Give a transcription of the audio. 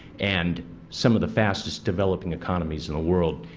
and some of the fastest developing economies in the world,